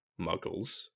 muggles